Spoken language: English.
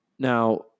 Now